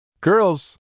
Girls